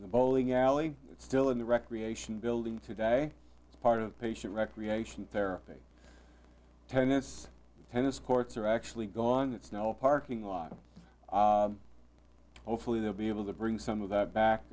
when the bowling alley it's still in the recreation building today it's part of patient recreation therapy tennis tennis courts are actually gone that's now a parking lot hopefully they'll be able to bring some of that back